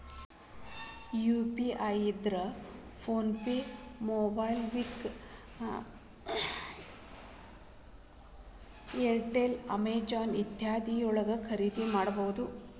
UPI ಇದ್ರ PhonePe MobiKwik Airtel Amazon ಇತ್ಯಾದಿ ಯೊಳಗ ಖರಿದಿಮಾಡಬಹುದು